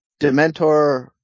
Dementor